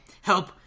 help